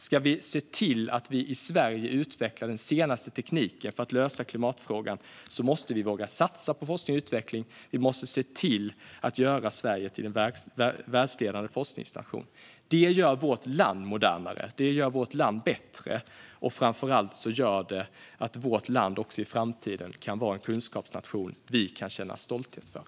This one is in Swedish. Ska vi se till att vi i Sverige utvecklar den senaste tekniken för att lösa klimatfrågan måste vi våga satsa på forskning och utveckling. Vi måste se till att göra Sverige till en världsledande forskningsnation. Det gör vårt land modernare. Det gör vårt land bättre, och framför allt gör det att vårt land också i framtiden kan vara en kunskapsnation vi kan känna stolthet över.